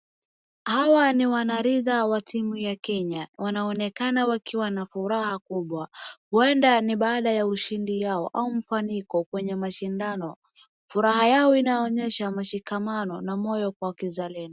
Hawa ni wanaradha wa timu ya Kenya. Wanaonekana wakiwa na furaha kubwa. Huenda ni baada ya ushindi yao au mfaniko kwenye mashindano. Furaha yao inaonyesha mashikamano na moyo kwa kizalendo.